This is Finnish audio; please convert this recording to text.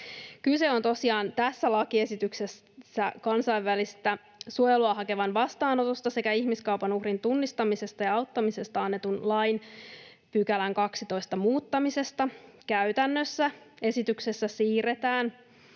Kyse on tosiaan tässä lakiesityksessä kansainvälistä suojelua hakevan vastaanotosta sekä ihmiskaupan uhrin tunnistamisesta ja auttamisesta annetun lain 12 §:n muuttamisesta. Käytännössä esityksessä siirretään